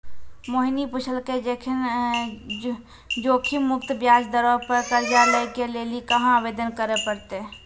मोहिनी पुछलकै जोखिम मुक्त ब्याज दरो पे कर्जा लै के लेली कहाँ आवेदन करे पड़तै?